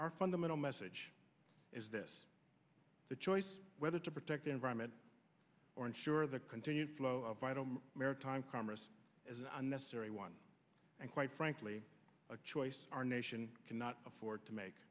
our fundamental message is this the choice whether to protect the environment or ensure the continued flow of vital maritime commerce as an unnecessary one and quite frankly a choice our nation cannot afford to make